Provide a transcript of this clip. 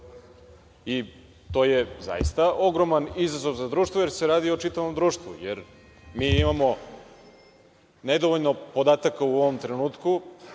to je zaista ogroman izazov za društvo, jer se radi o čitavom društvu, jer mi imamo nedovoljno podataka u ovom trenutku,